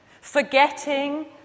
forgetting